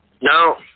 No